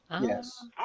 Yes